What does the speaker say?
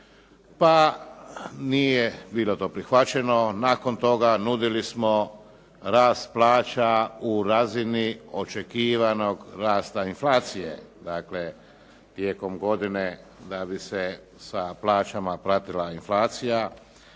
pa nije bilo to prihvaćeno. Nakon toga nudili smo rast plaća u razini očekivanog rasta inflacije, dakle tijekom godine da bi se sa plaćama platila inflacija.